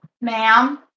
ma'am